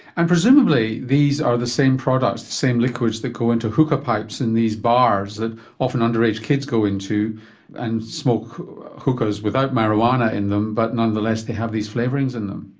and presumably these are the same products, the same liquids that go into hookah pipes in these bars that often underage kids go into and smoke hookahs without marijuana in them but nonetheless they have these flavourings in them.